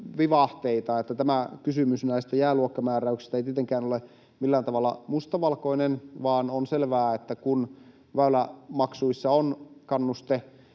— tämä kysymys näistä jääluokkamääräyksistä ei tietenkään ole millään tavalla mustavalkoinen, vaan on selvää, että kun väylämaksuissa on kannuste